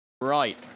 Right